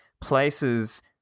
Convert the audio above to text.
places